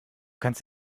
kannst